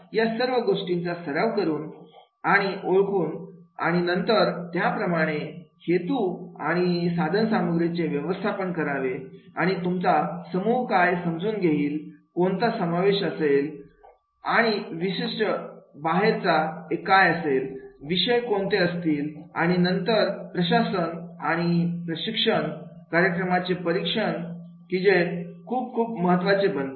या सर्व गोष्टी सराव करून आणि ओळखून आणि नंतर त्याप्रमाणे हेतू आणि आणि साधनसामग्रीचे व्यवस्थापन करावे आणि तुमचा समूह काय समजून घेईल कोणाचा समावेश असेल आणि विशिष्ट बाहेर एका काय असतील विषय कोणते असतील आणि नंतर प्रशासन आणि प्रशिक्षण कार्यक्रमाचे परीक्षण की जय खूप खूप महत्त्वाचं बनेल